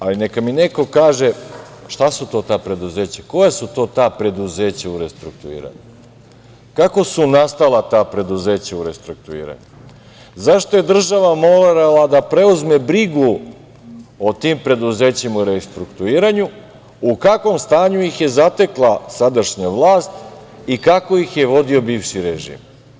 Ali neka mi neko kaže šta su preduzeća, koja su to preduzeća u restrukturiranju, kako su nastala ta preduzeća u restrukturiranju, zašto je država morala da preuzme brigu o tim preduzećima u restrukturiranju, u kakvom stanju ih je zatekla sadašnja vlast i kako ih je vodio bivši režim?